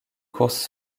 course